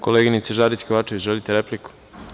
Koleginice Žarić Kovačević, želite repliku?